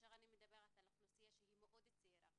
אני מדברת על אוכלוסייה שהיא מאוד צעירה,